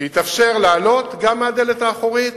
יתאפשר לעלות גם מהדלת האחורית,